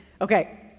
Okay